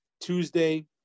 tuesday